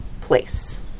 place